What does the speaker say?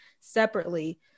separately